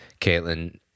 caitlin